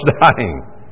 dying